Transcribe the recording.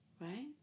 Right